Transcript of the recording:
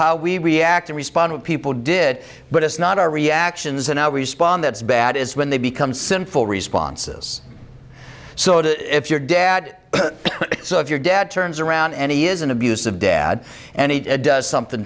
how we react or respond with people did but it's not our reactions and how we spawn that's bad is when they become sinful responses so if your dad so if your dad turns around and he is an abusive dad and he does something